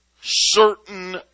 certain